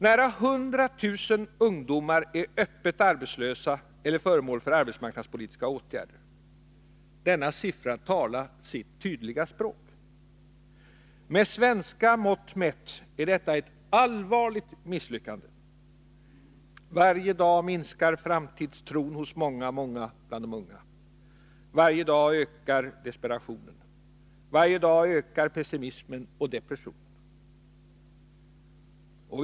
Nära 100 000 ungdomar är öppet arbetslösa eller föremål för arbetsmarknadspolitiska åtgärder. Denna siffra talar sitt tydliga språk. Med svenska mått mätt är detta ett allvarligt misslyckande. Varje dag minskar framtidstron hos många bland de unga. Varje dag ökar desperationen. Varje dag ökar pessimismen och depressionen.